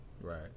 right